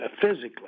physically